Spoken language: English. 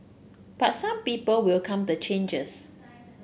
but some people welcome the changes